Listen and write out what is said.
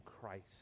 Christ